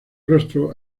rostro